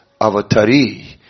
avatari